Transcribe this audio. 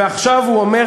ועכשיו הוא אומר,